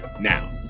Now